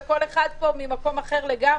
וכל אחד פה ממקום אחר לגמרי,